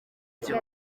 byo